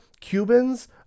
Cubans